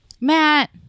Matt